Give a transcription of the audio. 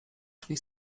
drzwi